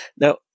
Now